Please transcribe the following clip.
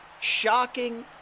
shocking